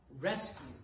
rescue